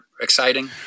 exciting